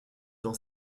dans